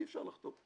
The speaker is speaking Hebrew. אי אפשר לחתום.